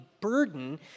burden